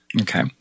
Okay